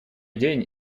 день